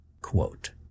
Quote